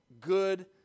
good